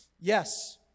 Yes